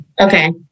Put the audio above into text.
Okay